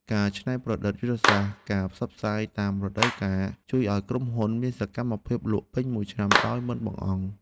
ការច្នៃប្រឌិតយុទ្ធនាការផ្សព្វផ្សាយតាមរដូវកាលជួយឱ្យក្រុមហ៊ុនមានសកម្មភាពលក់ពេញមួយឆ្នាំដោយមិនបង្អង់។